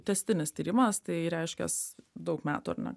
tęstinis tyrimas tai reiškias daug metų ar ne